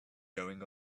going